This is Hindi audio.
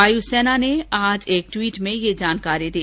वायुसेना ने आज एक ट्वीट में ये जानकारी दी